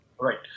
Right